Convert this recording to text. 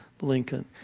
Lincoln